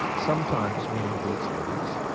sometimes meaningful experience.